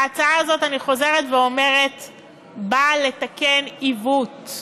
ההצעה הזאת, אני חוזרת ואומרת, באה לתקן עיוות.